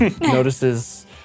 notices